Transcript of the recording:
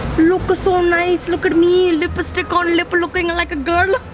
look, so nice. look at me. lipstick on lip looking like a girl.